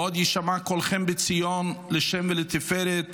ועוד יישמע קולכם בציון לשם ולתפארת